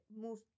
move